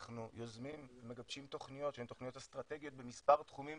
אנחנו יוזמים ומגבשים תכניות שהן תכניות אסטרטגיות במספר תחומים